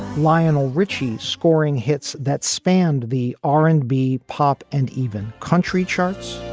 lionel richie scoring hits that spanned the r and b, pop and even country charts